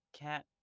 cat